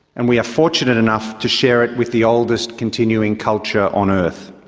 and we are fortunate enough to share it with the oldest continuing culture on earth.